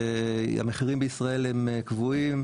שהמחירים בישראל הם קבועים,